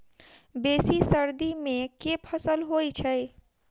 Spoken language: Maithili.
बेसी सर्दी मे केँ फसल होइ छै?